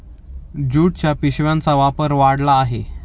ज्यूटच्या पिशव्यांचा वापर वाढला आहे